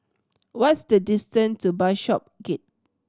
what is the distance to Bishopsgate